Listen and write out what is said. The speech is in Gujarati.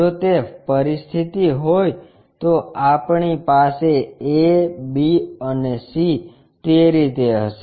જો તે પરિસ્થિતિ હોય તો આપણી પાસે a b અને c તે રીતે હશે